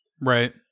Right